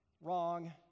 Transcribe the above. Wrong